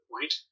point